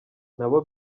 nabo